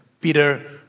Peter